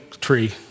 tree